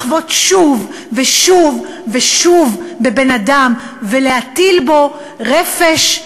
מסתבר שאי-אפשר לחבוט שוב ושוב ושוב בבן-אדם ולהטיל בו רפש,